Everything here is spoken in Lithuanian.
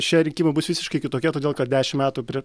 šie rinkimai bus visiškai kitokie todėl kad dešim metų pri